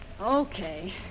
Okay